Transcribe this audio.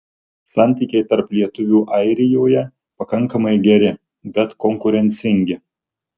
santykiai tarp lietuvių airijoje pakankamai geri bet konkurencingi